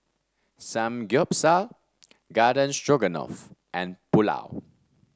Samgyeopsal Garden Stroganoff and Pulao